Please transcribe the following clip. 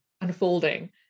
unfolding